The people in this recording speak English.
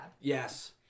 Yes